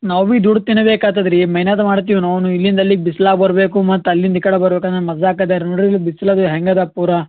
ನಾವು ಬಿ ದುಡ್ದು ತಿನ್ನಬೇಕ್ ಆಗ್ತದ್ ರೀ ಮೆಹನತ್ ಮಾಡ್ತೀವಿ ನಾವು ಇಲ್ಲಿಂದ ಅಲ್ಲಿಗೆ ಬಿಸ್ಲಾಗ ಬರಬೇಕು ಮತ್ತು ಅಲ್ಲಿಂದ ಈ ಕಡೆ ಬರಬೇಕಾ ನಾನು ಮಜಾ಼ಕ್ ಅದ ರೀ ನೋಡ್ರಿ ಇಲ್ಲಿ ಬಿಸಿಲದು ಹೆಂಗದ ಪೂರ